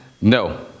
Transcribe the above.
no